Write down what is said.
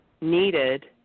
needed